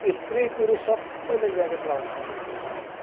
स्त्री पुरुष सबैले ज्याकेट लाउँछन् जाडोमा